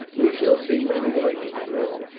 we shall see many like him in rome,